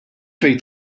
fejn